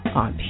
on